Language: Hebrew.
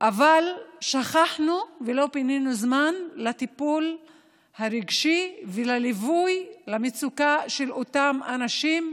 אבל שכחנו ולא פינינו זמן לטיפול הרגשי ולליווי למצוקה של אותם אנשים,